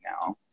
now